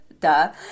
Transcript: duh